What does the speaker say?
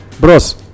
Bros